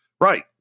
Right